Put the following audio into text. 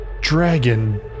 dragon